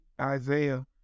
Isaiah